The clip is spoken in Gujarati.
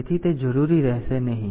તેથી તે જરૂરી રહેશે નહીં